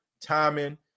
timing